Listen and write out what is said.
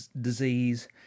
disease